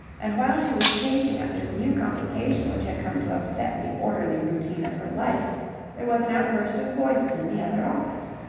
and while she was chafing at this new complication which had come to upset the orderly routine of her life there was an outburst of voices in the other office.